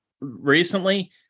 recently